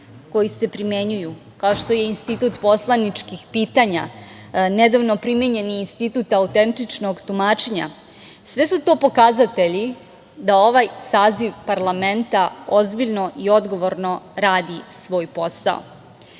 koji se primenjuju, kao što je institut poslaničkih pitanja, nedavno primenjeni i institut autentičnog tumačenja, sve su to pokazatelji da ovaj saziv parlamenta ozbiljno i odgovorno radi svoj